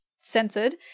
censored